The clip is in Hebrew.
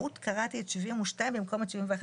הסתייגות מספר 61. בפסקה 1 בסעיף 157א(ח)